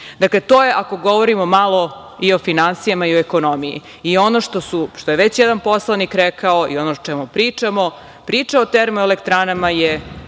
evra. To je ako govorimo malo i o finansijama i o ekonomiji. Ono što je već jedan poslanik rekao i ono o čemu pričamo, priča o termoelektranama je